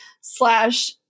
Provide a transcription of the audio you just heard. slash